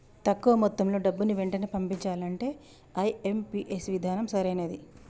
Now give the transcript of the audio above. తక్కువ మొత్తంలో డబ్బుని వెంటనే పంపించాలంటే ఐ.ఎం.పీ.ఎస్ విధానం సరైనది